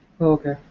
Okay